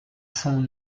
son